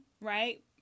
right